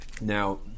Now